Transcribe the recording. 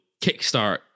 kickstart